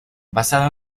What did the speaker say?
basado